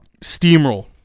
steamroll